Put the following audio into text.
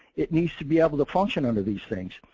it needs to be able to function under these things.